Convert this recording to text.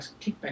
kickback